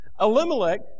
Elimelech